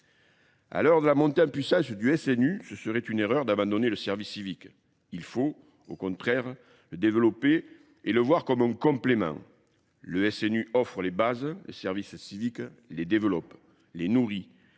À l'heure de la montée en puissance du SNU, ce serait une erreur d'abandonner le service civique. Il faut, au contraire, le développer et le voir comme un complément. Le SNU offre les bases, le service civique les développe, les nourrit,